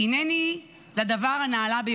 הינני לדבר הנעלה,